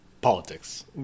politics